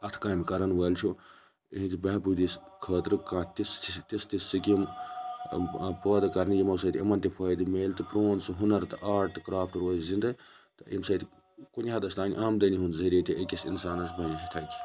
اتھِ کامہِ کٲم کَرَن وول چھُ یِہِنٛزِ بہبودی خٲطرٕ کانٛہہ تہِ تِژھ تِژھ سکیٖم پٲدٕ کَرنہٕ یمو سۭتۍ یِمَن تہِ فٲدٕ میلہِ تہٕ پرون سُہ ہُنَر تہٕ آرٹ تہٕ کرافٹ روزِ زِنٛدٕ تہٕ یمہ سۭتۍ کُنہِ حَدَس تانۍ آمدٔنی ہُنٛد ذٔریعہ تہِ أکِس اِنسانَس بٔنِتھ ہیٚکہِ